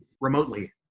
remotely